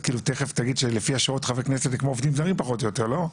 תיכף תגיד שלפי השעות חברי כנסת זה כמו עובדים זרים פחות או יותר לא?